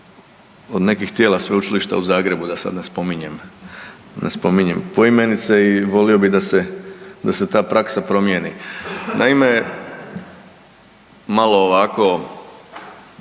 od nekih tijela sveučilišta u Zagrebu da sad ne spominjem, ne spominjem poimenice i volio bi da se, da se ta praksa promijeni. Naime, malo ovako